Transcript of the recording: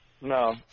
No